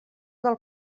del